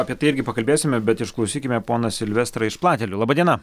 apie tai irgi pakalbėsime bet išklausykime poną silvestrą iš platelių laba diena